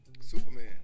Superman